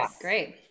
Great